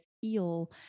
feel